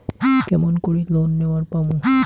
কেমন করি লোন নেওয়ার পামু?